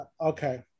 okay